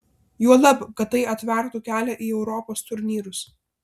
juolab kad tai atvertų kelią į europos turnyrus